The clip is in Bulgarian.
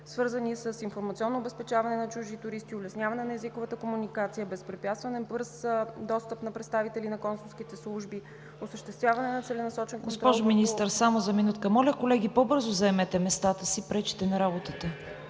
свързани с информационно обезпечаване на чуждите туристи и улесняване на езиковата комуникация, безпрепятствен и бърз достъп на представители на консулските служби, осъществяване на целенасочен контрол... ПРЕДСЕДАТЕЛ ЦВЕТА КАРАЯНЧЕВА: Госпожо Министър, само за минутка. Моля, колеги, по-бързо заемете местата си, пречите на работата.